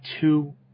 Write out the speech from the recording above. two